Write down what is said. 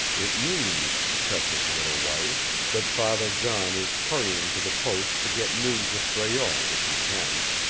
it means, precious little wife, that father john is hurrying to the post to get news of breault if he can.